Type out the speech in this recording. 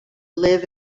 live